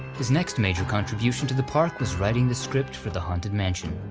his next major contribution to the park was writing the script for the haunted mansion,